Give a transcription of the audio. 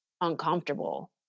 uncomfortable